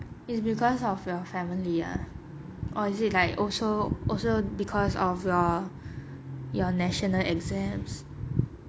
it's because of your family ah or is it like also also because of your your national exams